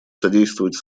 содействовать